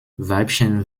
weibchen